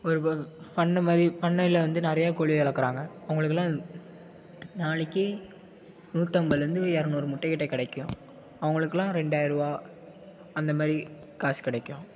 ஒரு பண்ண மாதிரி பண்ணைல வந்து நிறையா கோழி வளக்குறாங்க அவங்களுக்குலாம் நாளைக்கு நூற்றம்பதுலேந்து இரநூறு முட்டை கிட்ட கிடைக்கும் அவங்களுக்குலாம் ரெண்டாயரரூவா அந்தமாதிரி காசு கிடைக்கும்